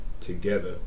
together